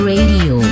Radio